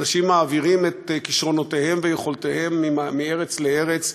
ואנשים מעבירים את כישרונותיהם ויכולותיהם מארץ לארץ,